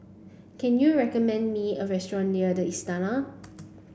can you recommend me a restaurant near The Istana